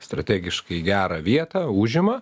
strategiškai gerą vietą užima